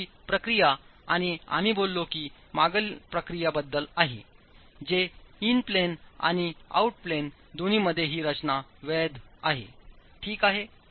तसे ही प्रक्रिया आणि आम्ही बोललो की मागील प्रक्रियाबद्दलआहेजे इन प्लेन आणि आऊट प्लेन दोन्ही मध्ये ही रचना वैध आहे ठीक आहे